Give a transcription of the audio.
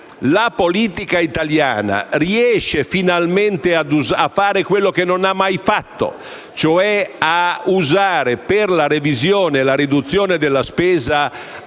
la politica italiana riuscirà finalmente a fare ciò che non ha mai fatto? Riuscirà a usare per la riduzione e la revisione della spesa